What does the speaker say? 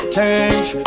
Change